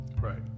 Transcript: Right